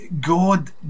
God